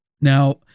Now